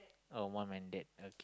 oh mum and dad okay